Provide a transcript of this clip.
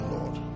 Lord